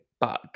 bug